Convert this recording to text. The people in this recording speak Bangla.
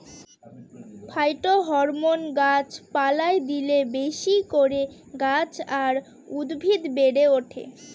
ফাইটোহরমোন গাছ পালায় দিলে বেশি করে গাছ আর উদ্ভিদ বেড়ে ওঠে